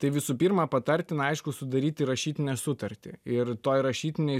tai visų pirma patartina aišku sudaryti rašytinę sutartį ir toj rašytinėj